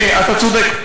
אתה צודק.